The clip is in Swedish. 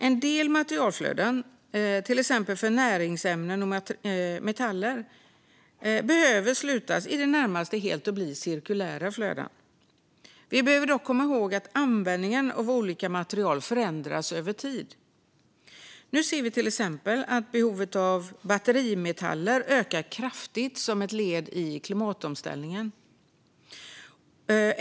En del materialflöden, till exempel för näringsämnen och metaller, behöver slutas i det närmaste helt och bli cirkulära flöden. Vi behöver dock komma ihåg att användningen av olika material förändras över tid. Nu ser vi till exempel att behovet av batterimetaller ökar kraftigt som ett led i klimatomställningen.